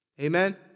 Amen